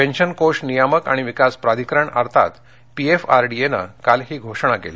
pension कोष नियामक आणि विकास प्राधिकरण अर्थात पीएफआरडीएनं काल ही घोषणा केली